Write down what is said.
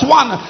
one